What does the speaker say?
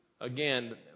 Again